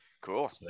Cool